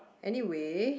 anyway